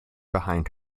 behind